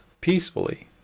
peacefully